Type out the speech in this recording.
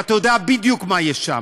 ואתה יודע בדיוק מה יש שם,